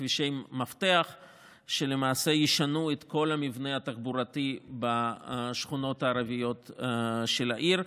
כבישי מפתח שלמעשה ישנו את כל המבנה התחבורתי בשכונות הערביות של העיר.